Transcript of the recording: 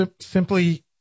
simply